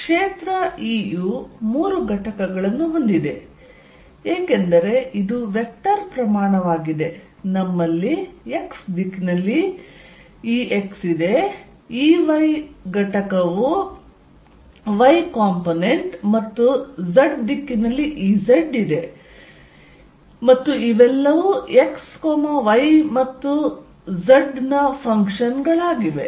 ಕ್ಷೇತ್ರ E ಯು 3 ಘಟಕಗಳನ್ನು ಹೊಂದಿದೆ ಏಕೆಂದರೆ ಇದು ವೆಕ್ಟರ್ ಪ್ರಮಾಣವಾಗಿದೆ ನಮ್ಮಲ್ಲಿ x ದಿಕ್ಕಿನಲ್ಲಿ Ex ಇದೆ Ey ಯು y ಕಾಂಪೊನೆಂಟ್ ಮತ್ತು z ದಿಕ್ಕಿನಲ್ಲಿ Ez ಇದೆ ಮತ್ತು ಇವೆಲ್ಲವೂ x y ಮತ್ತು z ನ ಫಂಕ್ಶನ್ಸ್ ಗಳಾಗಿವೆ